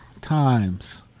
times